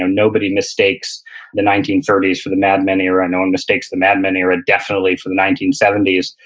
nobody mistakes the nineteen thirty s for the mad men era, and no one mistakes the mad men era definitely, for the nineteen seventy s.